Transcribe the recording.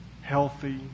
healthy